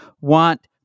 want